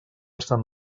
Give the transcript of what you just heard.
sant